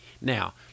Now